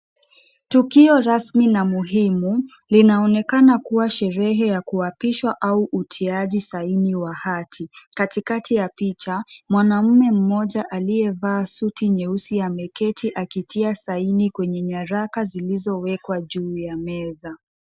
Tukio rasmi na muhimu linaonekana kuwa sherehe ya kuapishwa au utiaji saini wa hati, katikati ya picha mwanaume mmoja aliyevaa suti nyeusi ameketi akitia saini kwenye nyaraka zilizoekwa juu ya meza.